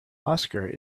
oscar